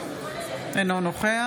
אינו נוכח